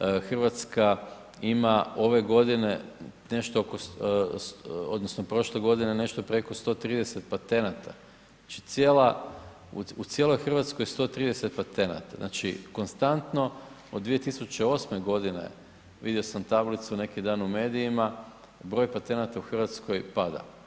Hrvatska ima ove godine nešto oko odnosno prošle godine nešto preko 130 patenata, znači u cijeloj Hrvatskoj 130 patenata, znači konstantno od 2008. g., vidio sam tablicu neki dan u medijima, broj patenata u Hrvatskoj pada.